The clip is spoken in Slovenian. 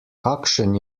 kakšen